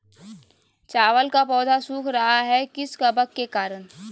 चावल का पौधा सुख रहा है किस कबक के करण?